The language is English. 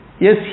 Yes